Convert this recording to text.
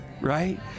right